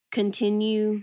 continue